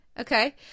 Okay